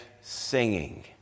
singing